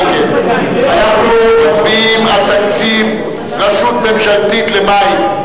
אנחנו מצביעים על תקציב רשות ממשלתית למים.